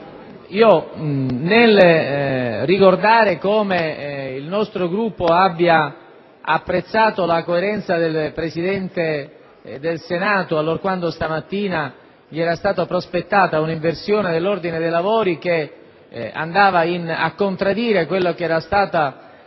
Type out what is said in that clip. nel ricordare come il nostro Gruppo abbia apprezzato la coerenza del Presidente del Senato, allorquando stamattina era stata prospettata un'inversione dell'ordine dei lavori che andava a contraddire la lunga